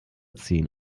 ziehen